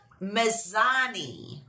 Mazzani